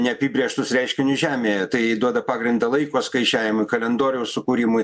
neapibrėžtus reiškinius žemėje tai duoda pagrindą laiko skaičiavimui kalendoriaus sukūrimui